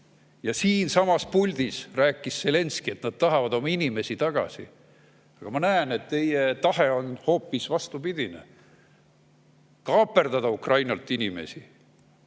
Siinsamas puldis rääkis Zelenskõi, et nad tahavad oma inimesi tagasi. Aga ma näen, et teie tahe on hoopis vastupidine: kaaperdada Ukrainalt inimesi.